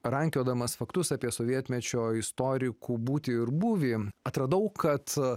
rankiodamas faktus apie sovietmečio istorikų būtį ir būvį atradau kad